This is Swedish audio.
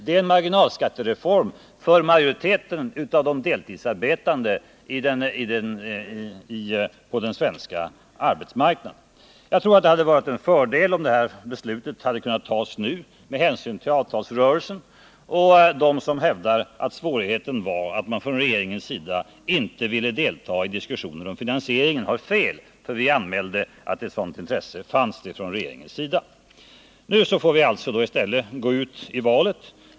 Det är en marginalskattereform för majoriteten av de heltidsarbetande på den svenska arbetsmarknaden. Jag tror att det hade varit en fördel om det här beslutet hade kunnat fattas nu med hänsyn till avtalsrörelsen. De som hävdar att svårigheten var att man från regeringens sida inte ville delta i diskussioner om finansieringen har fel. Vi anmälde att ett sådant intresse fanns från regeringens sida. Nu får vi i stället gå ut i valet på denna fråga.